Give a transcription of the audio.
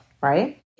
right